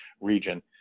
region